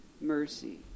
mercy